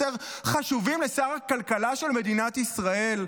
יותר חשובים לשר הכלכלה של מדינת ישראל?